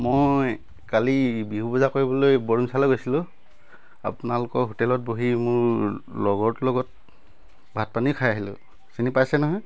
মই কালি বিহু বজাৰ কৰিবলৈ বৰদুমচালৈ গৈছিলোঁ আপোনালোকৰ হোটেলত বহি মোৰ লগৰটোৰ লগত ভাত পানী খাই আহিলোঁ চিনি পাইছে নহয়